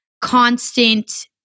constant